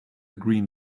green